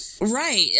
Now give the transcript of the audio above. right